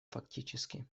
фактически